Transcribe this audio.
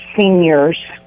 seniors